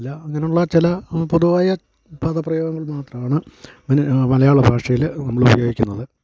അല്ല അങ്ങനെയുള്ള ചില പൊതുവായ പദപ്രയോഗങ്ങൾ മാത്രമാണ് അങ്ങനെ മലയാളഭാഷയിൽ നമ്മൾ ഉപയോഗിക്കുന്നത്